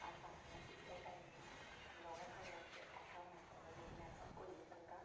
अस आखने कि ओह् टाइम दबारा साढ़ा आस्तै ऐसा होना चाहिदा लेकिन ऐसा होई नेईं सकदा